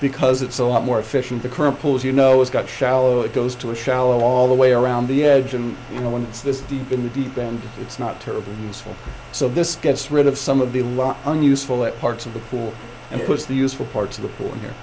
because it's a lot more efficient the current pulls you know it's got shallow it goes to a shallow all the way around the edge and once this deep in the deep end it's not terribly useful so this gets rid of some of the lawn unuseful that parts of the pool and push the useful parts of the for